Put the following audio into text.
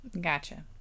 Gotcha